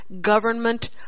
government